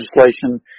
legislation